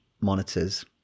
monitors